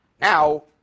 Now